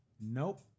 Nope